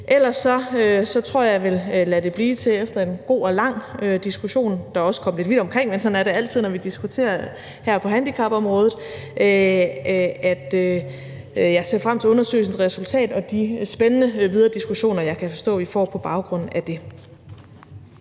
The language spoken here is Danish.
Ellers tror jeg, at jeg vil lade det blive ved det efter en god og lang diskussion, der også kom lidt vidt omkring, men sådan er det altid, når vi diskuterer her på handicapområdet. Og jeg ser frem til undersøgelsens resultat og de spændende videre diskussioner, jeg kan forstå vi får på baggrund af det.